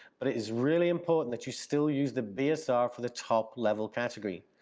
but it is really important that you still use the bsr for the top level category.